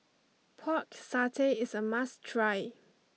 pork satay is a must try